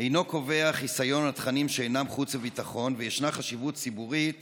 אינו קובע חיסיון על תכנים שאינם חוץ וביטחון וישנה חשיבות ציבורית